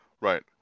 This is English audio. Right